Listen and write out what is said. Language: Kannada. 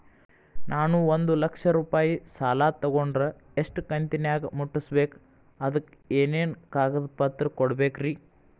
ನಾನು ಒಂದು ಲಕ್ಷ ರೂಪಾಯಿ ಸಾಲಾ ತೊಗಂಡರ ಎಷ್ಟ ಕಂತಿನ್ಯಾಗ ಮುಟ್ಟಸ್ಬೇಕ್, ಅದಕ್ ಏನೇನ್ ಕಾಗದ ಪತ್ರ ಕೊಡಬೇಕ್ರಿ?